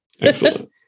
Excellent